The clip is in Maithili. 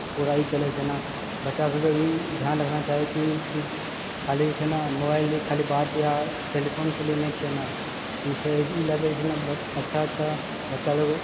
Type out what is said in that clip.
पूरा ई चलै छै ने बच्चा सब कऽ ही ध्यान रखना चाही कि सिर्फ खाली जे छै ने बच्चा खाली बात या टेलीफोनके लिअऽ नहि छै नऽ ई लगै छै ने बच्चा अच्छा अच्छा बच्चा लोग